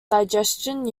digestion